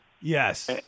Yes